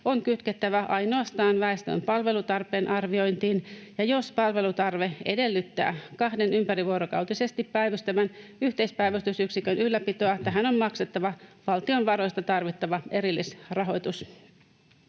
on kytkettävä ainoastaan väestön palvelutarpeen arviointiin, ja jos palvelutarve edellyttää kahden ympärivuorokautisesti päivystävän yhteispäivystysyksikön ylläpitoa, tähän on maksettava valtion varoista tarvittava erillisrahoitus.